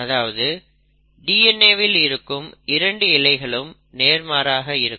அதாவது DNA வில் இருக்கும் இரண்டு இழைகளும் நேர்மாறாக இருக்கும்